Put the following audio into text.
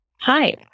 Hi